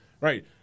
Right